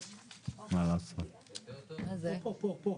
יש לנו מאות אלפי יחידות מתוכננות,